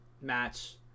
match